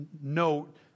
note